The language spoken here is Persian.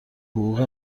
حقوق